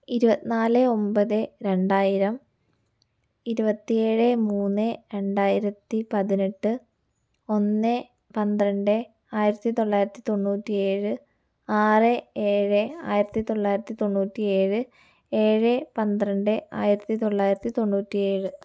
ഇരുപത്തിനാല് ഒമ്പത് രണ്ടായിരം ഇരുപത്തിയേഴ് മൂന്ന് രണ്ടായിരത്തിപ്പതിനെട്ട് ഒന്ന് പന്ത്രണ്ട് ആയിരത്തിത്തൊള്ളായിരത്തി തൊണ്ണൂറ്റി ഏഴ് ആറ് ഏഴ് ആയിരത്തിത്തൊള്ളായിരത്തി തൊണ്ണൂറ്റിയേഴ് ഏഴ് പന്ത്രണ്ട് ആയിരത്തിത്തൊള്ളായിരത്തി തൊണ്ണൂറ്റിയേഴ്